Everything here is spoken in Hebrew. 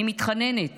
אני מתחננת